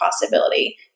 possibility